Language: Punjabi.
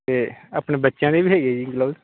ਅਤੇ ਆਪਣੇ ਬੱਚਿਆਂ ਦੇ ਵੀ ਹੈਗੇ ਹੈ ਜੀ ਗਲਬਸ